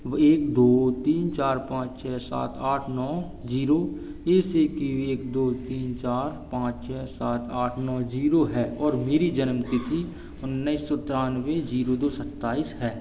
एक दो तीन चार पाँच छः सात आठ नौ जीरो ए सी के एक दो तीन चार पाँच छः सात आठ नौ जीरो है और मेरी जन्मतिथि उन्नीस सौ तिरानवे जीरो दो सत्ताईस है